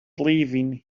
leaving